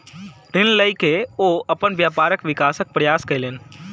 ऋण लय के ओ अपन व्यापारक विकासक प्रयास कयलैन